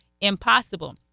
impossible